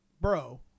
bro